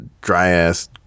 dry-ass